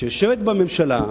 שיושבת בממשלה,